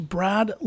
Brad